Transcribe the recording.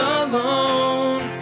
alone